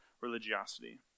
religiosity